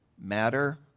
matter